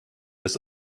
des